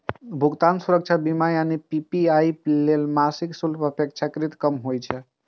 भुगतान सुरक्षा बीमा यानी पी.पी.आई लेल मासिक शुल्क अपेक्षाकृत कम होइ छै